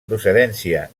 procedència